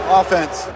offense